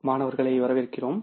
மாணவர்களை வரவேற்கிறோம்